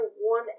one